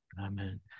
Amen